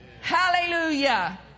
Hallelujah